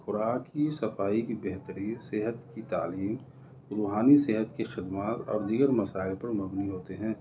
خوراک کی صفائی کی بہترین صحت کی تعلیم روحانی صحت کی خدمات اور دیگر مسائل پر مبنی ہوتے ہیں